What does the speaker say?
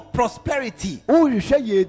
prosperity